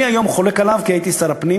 היום אני חולק עליו, כי הייתי שר הפנים